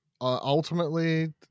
ultimately